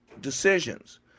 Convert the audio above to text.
decisions